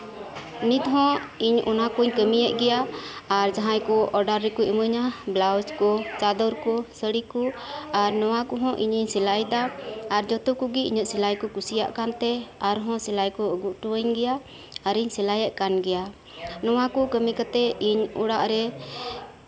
ᱱᱤᱛᱦᱚᱸ ᱤᱧ ᱚᱱᱟ ᱠᱚᱧ ᱠᱟᱹᱢᱤᱭᱮᱫ ᱜᱮᱭᱟ ᱟᱨ ᱡᱟᱦᱟᱸᱭ ᱠᱚ ᱚᱰᱟᱨ ᱨᱮᱠᱚ ᱮᱢᱟᱹᱧᱟ ᱵᱞᱟᱣᱩᱡ ᱠᱚ ᱪᱟᱫᱚᱨ ᱠᱚ ᱥᱟᱹᱲᱤ ᱠᱚ ᱟᱨ ᱱᱚᱶᱟ ᱠᱚᱸᱦᱚᱸ ᱤᱧᱤᱧ ᱥᱤᱞᱟᱹᱭᱮᱫᱟ ᱟᱨ ᱡᱚᱛᱚ ᱠᱚᱜᱮ ᱤᱧᱟᱹᱜ ᱥᱤᱞᱟᱹᱭ ᱠᱚ ᱠᱩᱥᱤᱭᱟᱜ ᱠᱟᱱᱛᱮ ᱟᱨᱦᱚᱸ ᱥᱤᱞᱟᱹᱭ ᱠᱚ ᱟᱹᱜᱩ ᱦᱚᱴᱚ ᱟᱹᱧ ᱜᱮᱭᱟ ᱟᱨᱤᱧ ᱥᱤᱞᱟᱹᱭᱮᱫ ᱠᱟᱱ ᱜᱮᱭᱟ ᱱᱚᱶᱟ ᱠᱚ ᱠᱟᱹᱢᱤ ᱠᱟᱛᱮᱫ ᱤᱧ ᱚᱲᱟᱜ ᱨᱮ